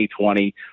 2020